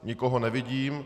Nikoho nevidím.